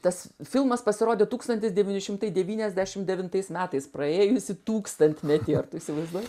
tas filmas pasirodė tūkstantis devyni šimtai devyniasdešim devintais metais praėjusį tūkstantmetį ar tu įsivaizduoji